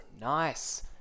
nice